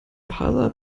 parser